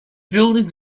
buildings